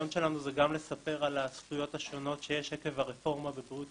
אפשר לעשות אותה רק באופן סולידרי,